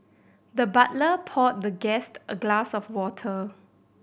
the butler poured the guest a glass of water